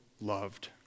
loved